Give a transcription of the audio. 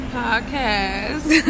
podcast